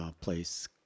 place –